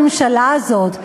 הממשלה הזאת,